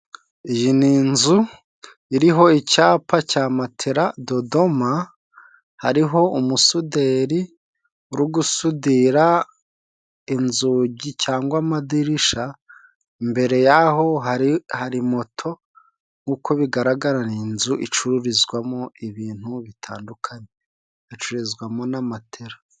Iyi ni inzu iriho icyapa cya matera dodoma, hariho umusuderi uri gusudira, inzugi cyangwa amadirisha. Imbere yaho hari moto nkuko bigaragara ni inzu icururizwamo, ibintu bitandukanye hacururizwamo na matera.